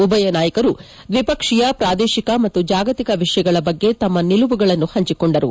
ಉಭಯ ನಾಯಕರು ದ್ವಿಪಕ್ಷೀಯ ಪ್ರಾದೇಶಿಕ ಮತ್ತು ಜಾಗತಿಕ ವಿಷಯಗಳ ಬಗ್ಗೆ ತಮ್ಮ ನಿಲುವುಗಳನ್ನು ಪಂಚಿಕೊಂಡರು